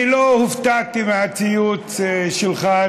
אני לא הופתעתי מהציוץ שלך,